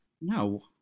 No